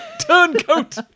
turncoat